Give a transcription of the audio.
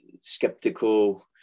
skeptical